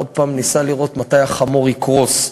עוד הפעם ניסה לראות מתי החמור יקרוס.